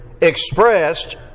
expressed